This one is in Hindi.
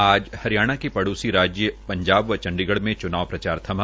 आज हरियाणा के पड़ोसी राज्य पंजाब व चंडीगढ़ में चूनाव प्रचार थमा